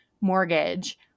mortgage